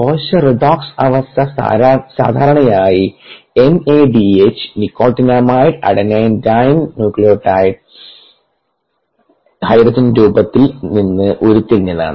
കോശ റിഡോക്സ് അവസ്ഥ സാധാരണയായി NADH nicotinamide adenine dinucleotide hydrogen രൂപത്തിൽ നിന്ന് ഉരുത്തിരിഞ്ഞതാണ്